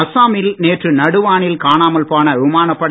அசாமில் நேற்று நடுவானில் காணாமல் போன விமானப்படை